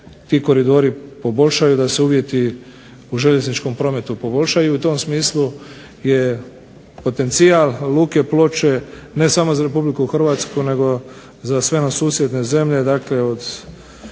se ti koridori poboljšaju, da se uvjeti u željezničkom prometu poboljšaju i u tom smislu je potencijal Luke Ploče ne samo za RH nego za sve nam susjedne zemlje, dakle od